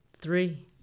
three